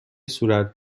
صورت